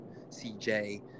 CJ